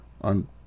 on